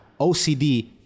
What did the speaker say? OCD